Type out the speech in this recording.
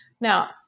Now